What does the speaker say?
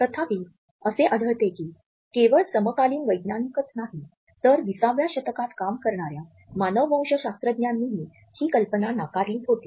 तथापि असे आढळते की केवळ समकालीन वैज्ञानिकच नाही तर २०व्या शतकात काम करणाऱ्या मानववंश शास्त्रज्ञांनीही ही कल्पना नाकारली होती